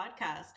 podcast